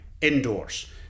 indoors